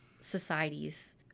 societies